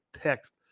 text